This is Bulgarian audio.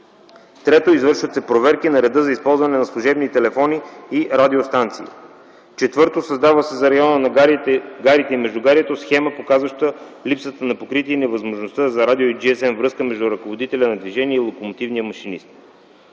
Трето, извършват се проверки на реда за използване на служебни телефони и радиостанции. Четвърто, създава се за района на гарите и междугарието схема, показваща липсата на покритие и невъзможността за радио- и GSM-връзка между ръководителя на движение и локомотивния машинист.